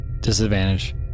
disadvantage